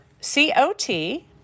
C-O-T